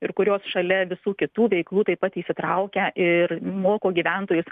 ir kurios šalia visų kitų veiklų taip pat įsitraukia ir moko gyventojus